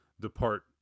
depart